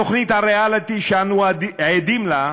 בתוכנית הריאליטי שאנו עדים לה,